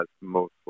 mostly